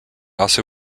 also